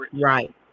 Right